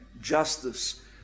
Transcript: justice